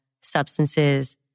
substances